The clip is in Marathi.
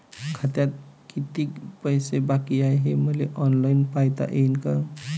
खात्यात कितीक पैसे बाकी हाय हे मले ऑनलाईन पायता येईन का?